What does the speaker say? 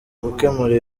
gukemura